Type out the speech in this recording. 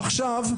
עכשיו,